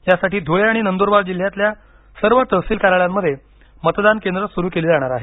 यासाठी धुळे आणि नंदूबार जिल्ह्यातील सर्व तहसिल कार्यालयांमध्ये मतदान केंद्र सुरु केली जाणार आहेत